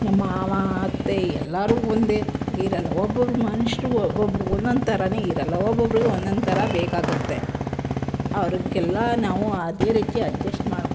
ನಮ್ಮ ಮಾವ ಅತ್ತೆ ಎಲ್ಲರೂ ಒಂದೇ ಇರೋಲ್ಲ ಒಬ್ಬೊಬ್ಬರು ಮನುಷ್ರಿಗೆ ಒಬ್ಬೊಬ್ರಿಗೆ ಒಂದೊಂದು ಥರನೇ ಇರಲ್ಲ ಒಬ್ಬೊಬ್ರಿಗೆ ಒಂದೊಂದು ಥರ ಬೇಕಾಗುತ್ತೆ ಅವ್ರಿಗೆಲ್ಲ ನಾವು ಅದೇ ರೀತಿ ಅಡ್ಜಸ್ಟ್ ಮಾಡಿ